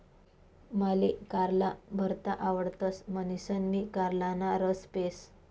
माले कारला भरता आवडतस म्हणीसन मी कारलाना रस पेस